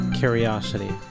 curiosity